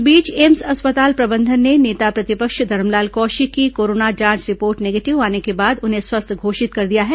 इस बीच एम्स अस्पताल प्रबंधन ने नेता प्रतिपक्ष धरमलाल कौशिक की कोरोना जांच रिपोर्ट निगेटिव आने के बाद उन्हें स्वस्थ घोषित कर दिया है